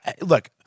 look